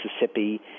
Mississippi